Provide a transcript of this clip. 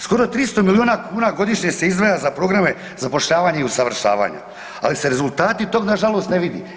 Skoro 300 miliona kuna godišnje se izdvaja za programe zapošljavanja i usavršavanja, ali se rezultati tog nažalost ne vide.